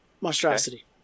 monstrosity